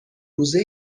روزه